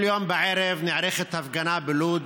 כל יום בערב נערכת הפגנה בלוד